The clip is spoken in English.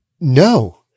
No